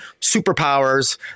superpowers